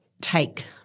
take